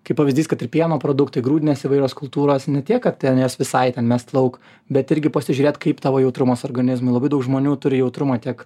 kaip pavyzdys kad ir pieno produktai grūdinės įvairios kultūros ne tiek kad ten jas visai ten mest lauk bet irgi pasižiūrėt kaip tavo jautrumas organizmui labai daug žmonių turi jautrumą tiek